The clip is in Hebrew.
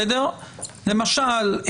למשל,